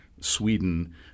Sweden